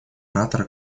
оратора